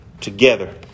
together